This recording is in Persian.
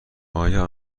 آیا